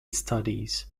studies